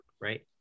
right